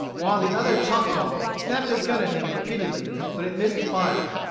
while the other choctaw snapped his gun at him repeatedly, but it missed fire.